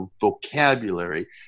vocabulary